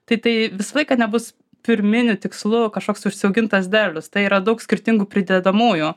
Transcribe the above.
tai tai visą laiką nebus pirminiu tikslu kažkoks užsiaugintas derlius tai yra daug skirtingų pridedamųjų